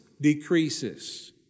decreases